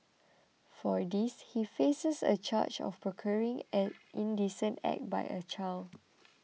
for this he faces a charge of procuring an indecent act by a child